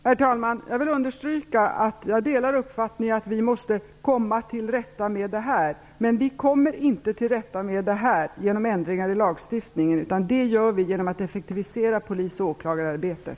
Herr talman! Jag vill understryka att jag delar uppfattningen att vi måste komma till rätta med det här, men det gör vi inte genom ändringar i lagstiftningen utan genom att effektivisera polis och åklagararbetet.